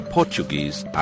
Portuguese